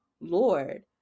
Lord